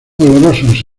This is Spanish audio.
olorosos